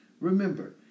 Remember